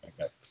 Okay